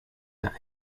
that